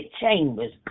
chambers